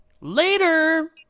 Later